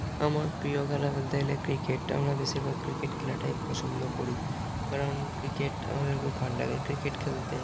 আমার প্রিয় খেলা বলতে গেলে ক্রিকেট আমরা বেশিরভাগ ক্রিকেট খেলাটাই পছন্দ করি কারণ ক্রিকেট আমাদের খুব ভাল লাগে ক্রিকেট খেলতে